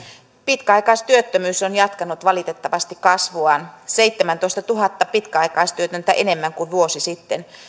pitkäaikaistyöttömyys on jatkanut valitettavasti kasvuaan seitsemäntoistatuhatta pitkäaikaistyötöntä enemmän kuin vuosi sitten